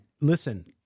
listen